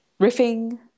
riffing